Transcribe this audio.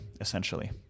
essentially